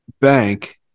bank